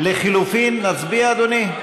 לחלופין, נצביע, אדוני?